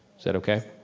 is that okay?